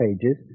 pages